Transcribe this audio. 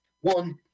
One